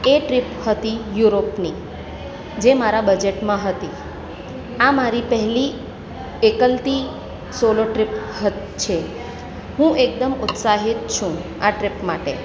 એ trip હતી યુરોપની જે મારા બજેટમાં હતી આ મારી પહેલી એકલી સોલો ટ્રીપ છે હું એકદમ ઉત્સાહિત છું આ ટ્રીપ માટે